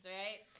right